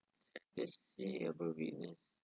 sad scene ever witnessed